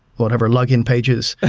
whatever login pages,